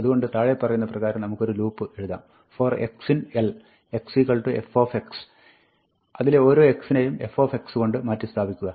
അതുകൊണ്ട് താഴെ പറയുന്ന പ്രകാരം നമുക്കൊരു ലൂപ്പ് എഴുതാം for x in l x f അതിലെ ഓരോ x നെയും f കൊണ്ട് മാറ്റി സ്ഥാപിക്കുക